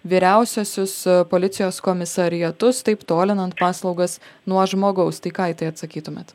vyriausiuosius policijos komisariatus taip tolinant paslaugas nuo žmogaus tai ką į tai atsakytumėt